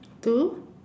to